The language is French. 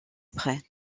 après